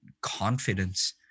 confidence